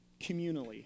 Communally